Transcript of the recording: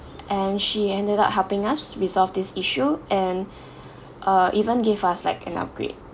and she ended up helping us resolve this issue and uh even gave us like an upgrade